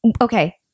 Okay